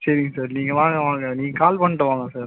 சரிங்க சார் நீங்கள் வாங்க வாங்க நீங்கள் கால் பண்ணிட்டு வாங்க சார்